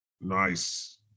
Nice